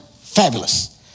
Fabulous